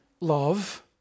love